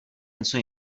něco